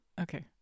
Okay